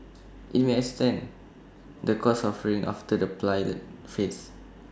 IT may expand the course offerings after the pilot phase